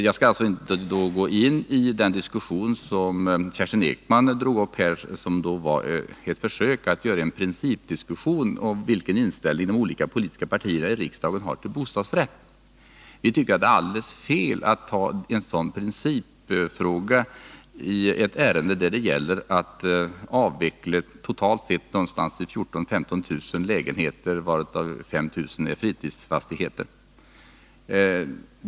Jag skall inte gå in i den diskussion som Kerstin Ekman drog upp och som var ett försök att få till stånd en principdiskussion om vilken inställning de olika politiska partierna i riksdagen har till frågan om bostadsrätt. Vi tycker att det är alldeles fel att ha en sådan principdiskussion i ett ärende där det gäller för staten att avveckla totalt sett 14 000-15 000 lägenheter av vilka 5 000 är fritidsfastigheter.